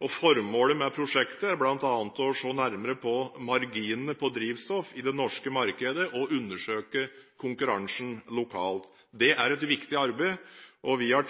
og formålet med prosjektet er bl.a. å se nærmere på marginene på drivstoff i det norske markedet og undersøke konkurransen lokalt. Det er et viktig arbeid. Vi har,